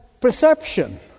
perception